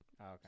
Okay